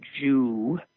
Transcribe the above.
Jew